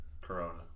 corona